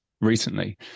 recently